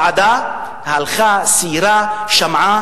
מבחינה חוקית הבחינה הפסיכומטרית לא קיימת בחוק המועצה להשכלה גבוהה.